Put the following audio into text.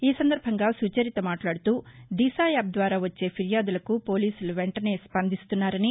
ఈ సందర్బంగా సుచరిత మాట్లాడుతూదిశ యాప్ ద్వారా వచ్చే ఫిర్యాదులకు పోలీసులు వెంటనే స్పందిస్తున్నారని